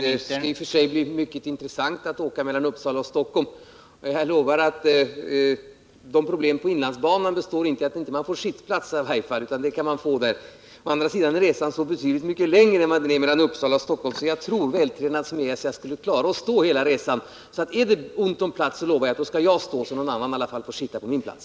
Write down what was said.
Herr talman! Det är i och för sig mycket intressant att åka mellan Uppsala och Stockholm, Jag lovar att de problem som finns på inlandsbanan i varje fall inte består i att man inte får sittplats — det kan man få där. Å andra sidan är resan med inlandsbanan så betydligt mycket längre än resan mellan Uppsala och Stockholm att jag tror att jag, vältränad som jag är, skulle klara avattstå hela resan. Är det ont om plats lovar jag att jag skall stå, så att någon annan får sitta på min plats.